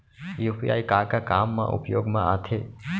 UPI का का काम मा उपयोग मा आथे?